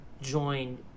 joined